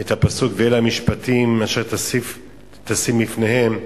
את הפסוק "ואלה המשפטים אשר תשים בפניהם"